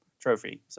trophy